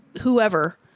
whoever